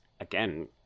again